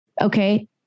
okay